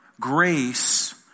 grace